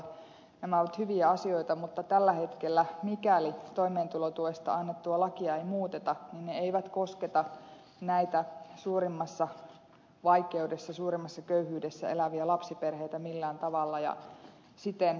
nämä ovat hyviä asioita mutta tällä hetkellä mikäli toimeentulotuesta annettua lakia ei muuteta ne eivät kosketa näitä suurimmassa vaikeudessa suurimmassa köyhyydessä eläviä lapsiperheitä millään tavalla ja siten ed